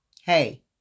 Hey